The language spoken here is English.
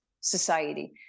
society